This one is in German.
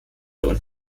und